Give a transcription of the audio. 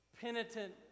penitent